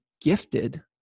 gifted